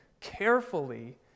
carefully